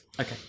okay